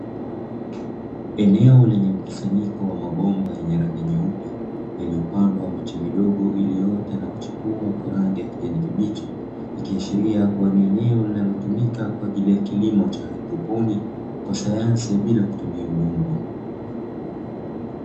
Eneo lenye mkusanyiko wa mabomba yenye rangi nyeupe yaliyopandwa kwenye miche midogo iliyoota na kuchipua kwa rangi ya kijani kibichi, ikiashiria kuwa ni eneo linalotumika kwa kilimo cha haidroponi kwa sayansi ya bila kutumia udongo.